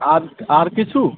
আর আর কিছু